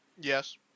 Yes